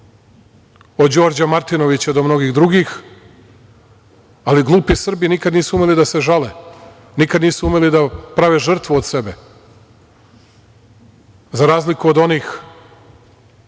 od Đorđa Martinovića do mnogih drugih, ali glupi Srbi nikada nisu umeli da se žale, nikada nisu imali da prave žrtvu od sebe, za razliku od onih